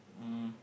mm